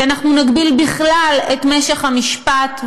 אנחנו נגביל בכלל את משך המשפט,